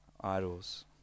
idols